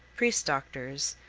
priest doctors,